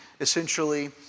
essentially